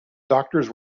doctors